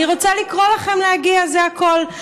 אני רוצה לקרוא לכם להגיע, זה הכול.